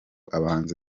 abahanzi